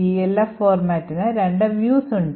ELF ഫോർമാറ്റിന് രണ്ട് views ഉണ്ട്